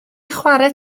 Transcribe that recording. chwarae